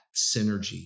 synergy